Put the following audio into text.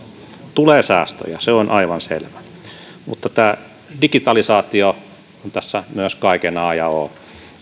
tulee säästöjä se on aivan selvä mutta myös digitalisaatio on tässä kaiken a ja o